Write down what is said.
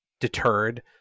deterred